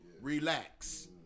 relax